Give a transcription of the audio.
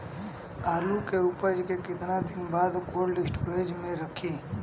आलू के उपज के कितना दिन बाद कोल्ड स्टोरेज मे रखी?